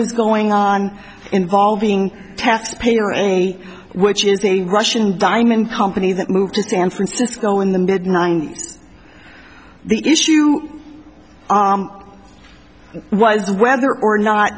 was going on involving taxpayer any which is a russian diamond company that moved to san francisco in the mid ninety's the issue it was whether or not